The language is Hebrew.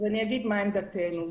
אני אגיד מה עמדתנו.